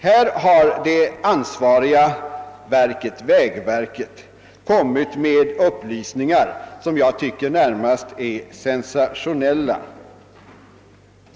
Härvidlag har det ansvariga verket, vägverket, lämnat upplysningar som jag tycker är närmast sensationella.